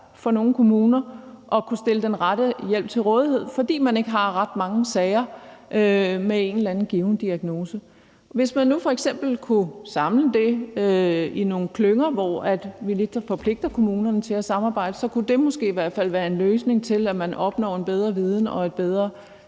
for nogle kommuner at kunne stille den rette hjælp til rådighed, fordi man ikke har ret mange sager med en eller anden given diagnose. Hvis man nu f.eks. kunne samle det i nogle klynger, hvor vi forpligter kommunerne til at samarbejde, så kunne det måske i hvert fald være en løsning på at opnå en bedre viden og et bedre